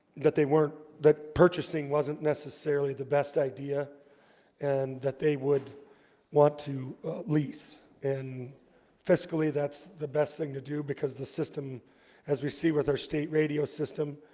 that they weren't that purchasing wasn't necessarily the best idea and that they would want to lease and fiscally that's the best thing to do because the system as we see with our state radio system